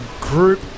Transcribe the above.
group